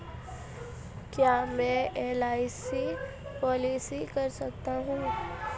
क्या मैं LIC policy कर सकता हूं?